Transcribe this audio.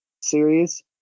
series